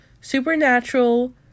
Supernatural